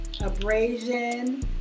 Abrasion